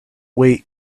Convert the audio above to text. wait